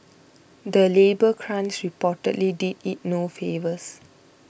the labour crunch reportedly did it no favours